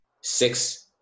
six